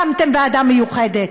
הקמתם ועדה מיוחדת,